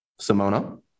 Simona